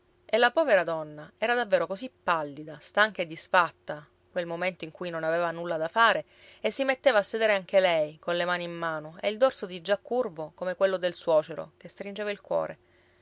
e la povera donna era davvero così pallida stanca e disfatta quel momento in cui non aveva nulla da fare e si metteva a sedere anche lei colle mani in mano e il dorso diggià curvo come quello del suocero che stringeva il cuore